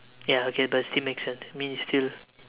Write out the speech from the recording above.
ya okay but it still make sense mean you still